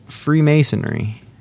Freemasonry